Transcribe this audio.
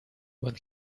when